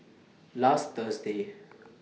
last Thursday